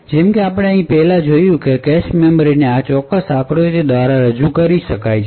જેમ કે આપણે પહેલાં જોયું છે કે કેશ મેમરી ને આ ચોક્કસ આકૃતિ દ્વારા રજૂ કરી શકાય છે